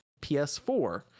PS4